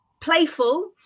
playful